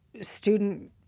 student